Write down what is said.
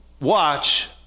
watch